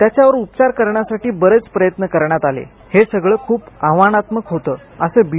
त्याच्यावर उपचार करण्यासाठी बरेच प्रयत्न करावे लागले हे सगळं खूप आव्हानात्मक होतं असं बी